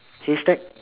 haystack